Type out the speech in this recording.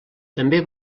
també